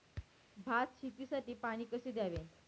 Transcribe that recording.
भात शेतीसाठी पाणी कसे द्यावे?